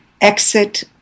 exit